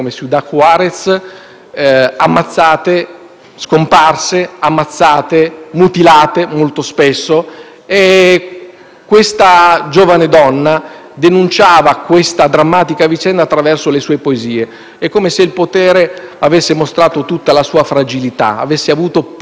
scomparse, sono state ammazzate e, molto spesso, mutilate. Quella giovane donna denunciava tale drammatica vicenda attraverso le sue poesie. È come se il potere avesse mostrato tutta la sua fragilità e avesse avuto paura della poesia. Noi dovremmo prendere